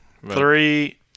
three